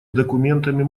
документами